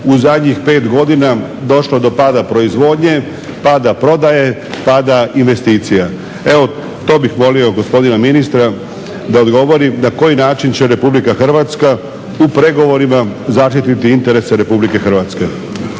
u zadnjih 5 godina došlo do pada proizvodnje, pada prodaje, pada investicija? Evo to bih molio gospodina ministra da odgovori na koji način će RH u pregovorima zaštititi interese RH? **Leko,